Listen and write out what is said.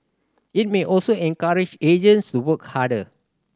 it may also encourage agents to work harder